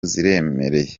ziremereye